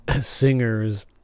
singers